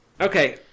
Okay